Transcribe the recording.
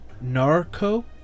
Narco